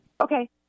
Okay